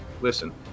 listen